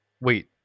Wait